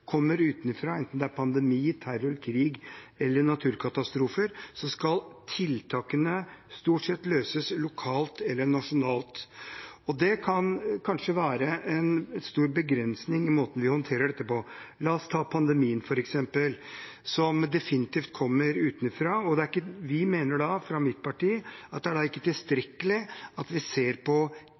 kommer utenfra. Enten det er pandemi, terror, krig eller naturkatastrofer, skal tiltakene stort sett settes inn lokalt eller nasjonalt, og det kan kanskje være en stor begrensning i måten vi håndterer dette på. La oss ta pandemien, f.eks., som definitivt kommer utenfra. Vi mener fra mitt parti at det da ikke er tilstrekkelig at vi ser på